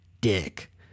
dick